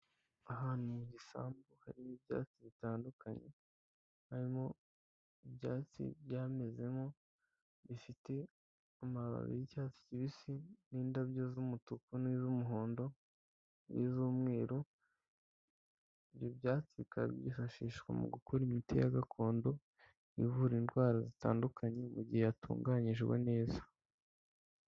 Ahantu mu gisambu hari ibyatsi bitandukanye, harimo ibyatsi byamezemo bifite amababi y'icyatsi kibisi n'indabyo z'umutuku n'izumuhondo n'izumweru, ibyo byatsi byifashishwa mu gukora imiti ya gakondo ivura indwara zitandukanye mu gihe hatunganyijwe neza.